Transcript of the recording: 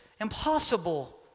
impossible